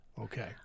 Okay